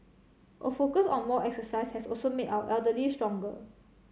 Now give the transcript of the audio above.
a focus on more exercise has also made our elderly stronger